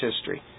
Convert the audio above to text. history